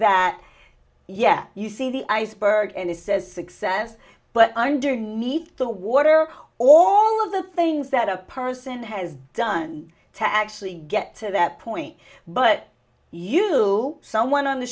that yeah you see the iceberg and it says success but underneath the water all of the things that a person has done to actually get to that point but you do someone on the